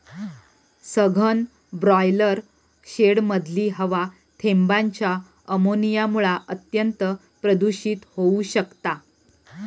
सघन ब्रॉयलर शेडमधली हवा थेंबांच्या अमोनियामुळा अत्यंत प्रदुषित होउ शकता